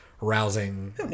rousing